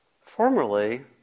Formerly